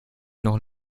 noch